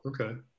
okay